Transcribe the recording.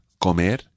comer